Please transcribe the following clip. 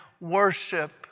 worship